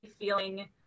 feeling